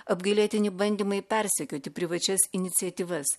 apgailėtini bandymai persekioti privačias iniciatyvas